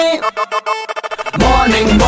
morning